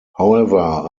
however